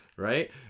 right